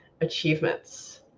achievements